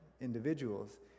individuals